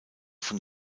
von